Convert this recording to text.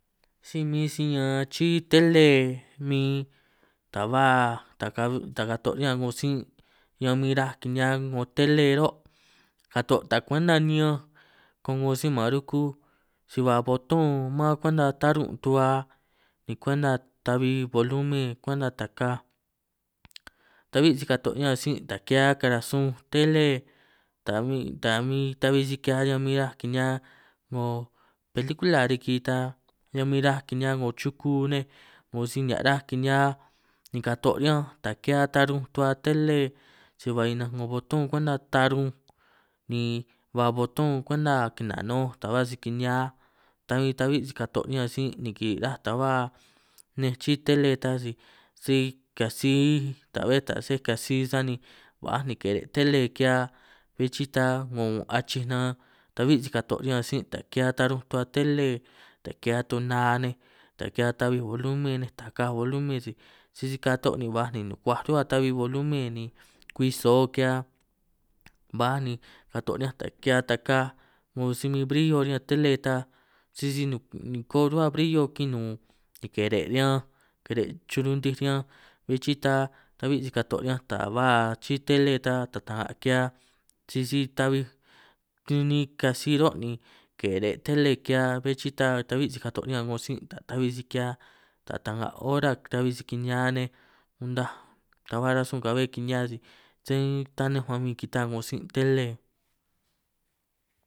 Si min si ñaan chi'i tele min ta ba taj ka taj kato' riñan 'ngo sin', ñan bin raj kini'ñan 'ngo tele ro' kato' taj kwenta niñan ko'ngo si man rukuj si ba botón man kwenta tarun' tu'ba ni kwenta ta'bbi bolumen kwenta taka ta'bbi si kato' riñan sin' taj ki'hia kara sunj tele taj min taj min ta'bbi si ki'hia riñan min raj kini'hia 'ngo pelikula, riki ta ñan min raj kini'hia 'ngo chuku nej, 'ngo si nihia' raj kini'hia ni kato' riñanj taj ki'hia tarunj tu'bba tele si ba ninanj 'ngo botó kwenta tarunj, ni ba botón kwenta kinanunj taj ba si kini'hia ta bin si ta'bbi si kato' riñan sin', ni kiri' raj ta ba nej chi'i tele ta si si katsi ka'bbe si katsi, sani ba'a ni kere' tele ki'hia bin chi'i ta ñun' achij nan ta'bbi si kato' riñan sin', taj ki'hia tarunj tu'bba tele taj ki'hia tunaa nej, taj ki'hia ta'bbij bolumen nej taj kaj bolumen, si sisi si kato' ni ba ni nukuaj ruhua tahui bolumen ni kwi soo ki'hia, ba ni katoj riñan taj ki'hia taj ka 'ngo si min brillo riñan tele, ta sisi ni' niko ruhua brillo kinun ni kere' riñanj kere' chuj luntij riñanj, bin chi'i ta ta'bbi si kato' riñanj taj ba chi'i tele tan, ta ta'nga ki'hia sisi ta'bbi tuni ka'tsi ro' ni kere' tele ki'hia, bé chi'i ta ta'bbi si katoj riñan 'ngo sin' ta taj ta'bbi si ki'hia, ta ta'nga hora ta'bbi si kini'hia nej, untaj ta ba rasun ka'bbe kini'hia si sé tanej ba bbin kita'a 'ngo sin' tele.